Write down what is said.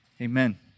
Amen